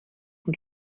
und